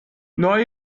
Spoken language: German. neu